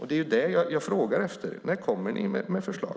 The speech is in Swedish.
Det är detta jag frågar efter. När kommer ni med förslag?